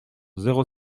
zéro